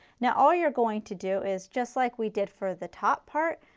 now all you are going to do is just like we did for the top part,